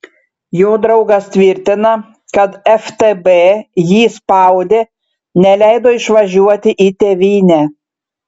jo draugas tvirtina kad ftb jį spaudė neleido išvažiuoti į tėvynę